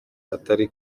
atari